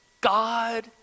God